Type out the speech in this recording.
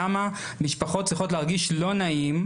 למה משפחות צריכות להרגיש לא נעים,